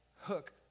hook